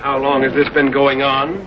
how long has this been going on